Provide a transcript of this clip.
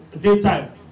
daytime